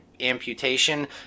amputation